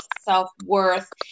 self-worth